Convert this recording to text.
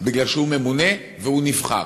מפני שהוא ממונה והוא נבחר.